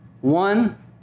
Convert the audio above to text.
One